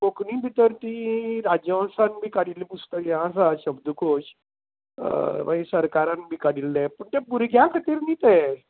कोंकणी भितर तीं राजहंवसान बी काडिल्लीं पुस्तकां हें आसा शब्द कोश मागीर सरकारान बी काडिल्ले ते भुरग्यां खातीर नी ते